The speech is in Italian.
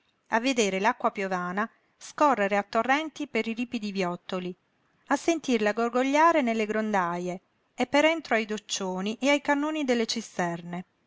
a vedere l'acqua piovana scorrere a torrenti per i ripidi viottoli a sentirla gorgogliare nelle grondaje e per entro ai doccioni e ai cannoni delle cisterne